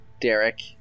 Derek